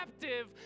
captive